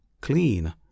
clean